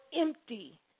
Empty